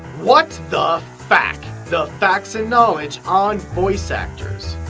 what the fak. the facts and knowledge on voice actors.